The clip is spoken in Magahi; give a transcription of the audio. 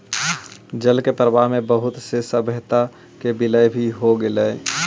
जल के प्रवाह में बहुत से सभ्यता के विलय भी हो गेलई